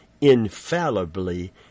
infallibly